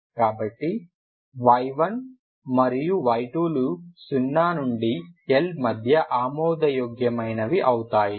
కాబట్టి y1 మరియు y2లు 0 నుండి L మధ్య ఆమోదయోగ్యమైనవి అవుతాయి